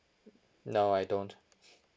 no I don't